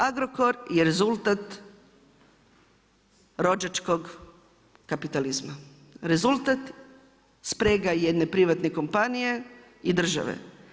Agrokor je rezultat rođačkog kapitalizma, rezultat sprega i jedne privatne kompanije i države.